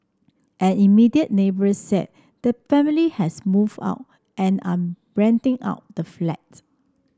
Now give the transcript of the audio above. an immediate neighbour said the family has moved out and are renting out the flat